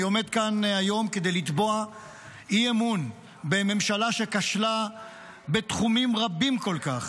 אני עומד כאן היום כדי לתבוע אי-אמון בממשלה שכשלה בתחומים רבים כל כך.